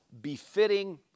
befitting